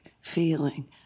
feeling